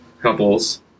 couples